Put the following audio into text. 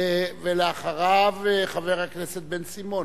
ואחריו, חבר הכנסת בן-סימון,